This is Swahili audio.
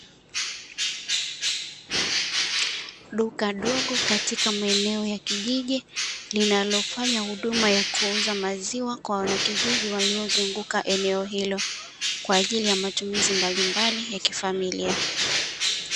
Duka dogo katika maeneo ya kijiji linalofanya huduma ya kuuza maziwa kwa wanakijiji waliozunguka, eneo hilo kwa ajili ya matumizi mbalimbali ya kifamilia.